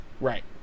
Right